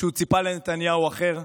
שהוא ציפה לנתניהו אחר,